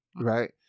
right